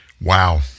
Wow